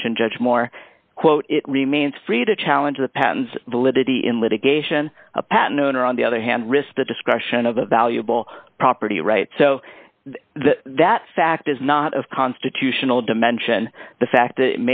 mentioned judge more quote it remains free to challenge the pattens validity in litigation a patent owner on the other hand risk the discretion of the valuable property rights so that that fact is not of constitutional dimension the fact that